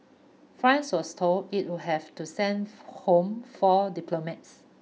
France was told it would have to send home four diplomats